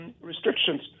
Restrictions